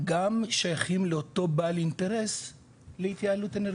גם שייכים לאותו בעל אינטרס להתייעלות אנרגטית.